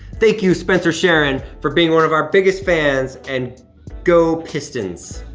thank you, spencer sharon for being one of our biggest fans, and go pistons.